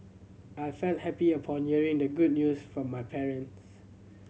I felt happy upon hearing the good news from my parents